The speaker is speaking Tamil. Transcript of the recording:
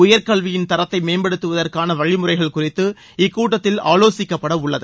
உயர்கல்வியின் தரத்தை மேம்படுத்துவதற்கான வழிமுறைகள் குறித்து இக்கூட்டத்தில் ஆவோசிக்கப்படவுள்ளது